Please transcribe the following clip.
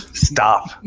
Stop